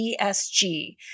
ESG